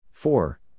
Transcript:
Four